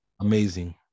Amazing